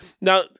now